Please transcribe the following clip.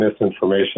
misinformation